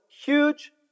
huge